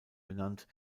benannt